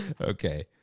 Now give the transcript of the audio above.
okay